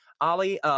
Ali